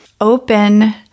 open